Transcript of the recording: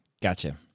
Gotcha